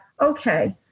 okay